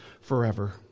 forever